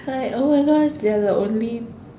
like !oh-my-gosh! they're the only